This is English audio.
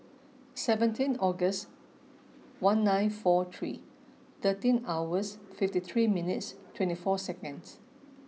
seventeen Aug one nine four three thirteen hours fifty three minutes twenty four seconds